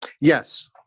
Yes